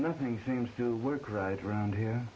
nothing seems to work right around here